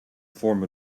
form